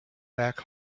back